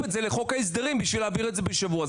את זה לחוק ההסדרים כדי להעביר את זה בשבוע,